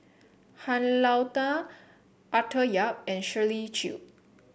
Han Lao Da Arthur Yap and Shirley Chew